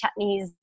chutneys